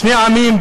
שני עמים,